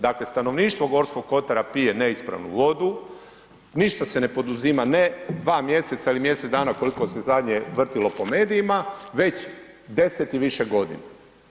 Dakle stanovništvo Gorskog kotara pije neispravnu vodu, ništa se ne poduzima, ne 2 mjeseca ili mjesec dana koliko se zadnje vrtjelo po medijima već 10 i više godina.